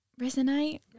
resonate